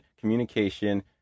communication